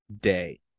day